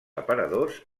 aparadors